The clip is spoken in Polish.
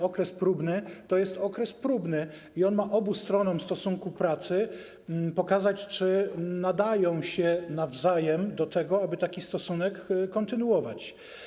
Okres próbny to jest okres próbny i on ma obu stronom w stosunku pracy pokazać, czy nadają się nawzajem do tego, aby taki stosunek kontynuować.